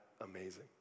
amazing